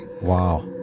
wow